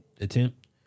attempt